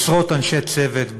עשרות אנשי צוות,